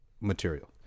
material